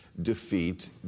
defeat